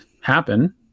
happen